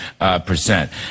percent